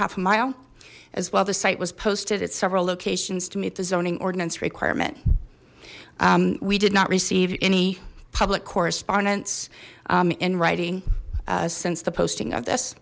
half a mile as well the site was posted at several locations to meet the zoning ordinance requirement we did not receive any public correspondence in writing since the posting of this